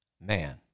man